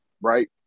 right